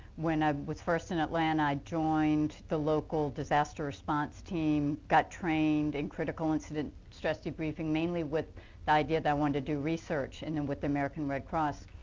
when i was first in atlanta i joined the local disaster response team, got trained, in critical incident stress debriefing mainly with the idea i wanted to do research and and with the american red cross.